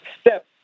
step